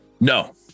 no